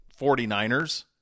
49ers